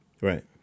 Right